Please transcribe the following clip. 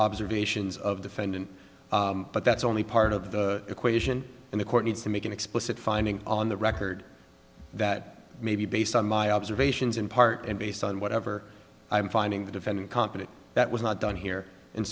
observations of defendant but that's only part of the equation and the court needs to make an explicit finding on the record that maybe based on my observations in part and based on whatever i'm finding the defendant competent that was not done here and